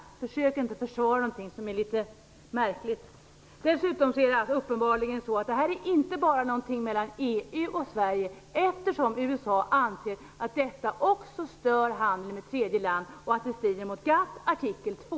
Försök inte att försvara något som är litet märkligt. Dessutom är det uppenbarligen så att detta inte bara är något som berör EU och Sverige. USA anser att detta också stör handeln med tredje land och att detta strider mot GATT, artikel 2.